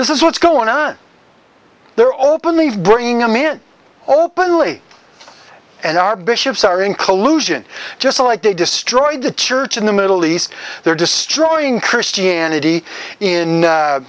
this is what's going on there openly of bringing a man openly and our bishops are in collusion just like they destroyed the church in the middle east they're destroying christianity in